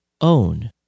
own